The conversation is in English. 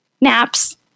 Naps